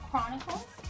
Chronicles